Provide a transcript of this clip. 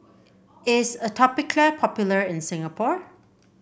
is Atopiclair popular in Singapore